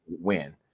win